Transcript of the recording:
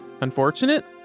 Unfortunate